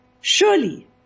Surely